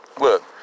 Look